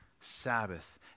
Sabbath